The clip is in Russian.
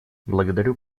благодарю